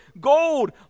gold